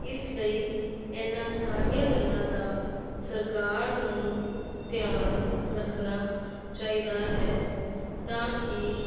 ਇਸ ਲਈ ਇਹਨਾਂ ਸਾਰੀਆਂ ਗੱਲਾਂ ਦਾ ਸਰਕਾਰ ਨੂੰ ਧਿਆਨ ਰੱਖਣਾ ਚਾਹੀਦਾ ਹੈ ਤਾਂ ਕਿ